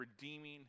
redeeming